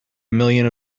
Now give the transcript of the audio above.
million